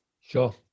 Sure